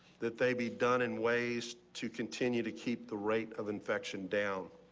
that they be done in ways to continue to keep the rate of infection down.